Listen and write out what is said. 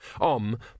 Om